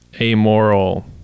amoral